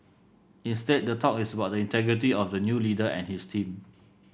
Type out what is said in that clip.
instead the talk is about the integrity of the new leader and his team